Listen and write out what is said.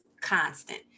constant